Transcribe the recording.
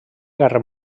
guerra